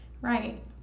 right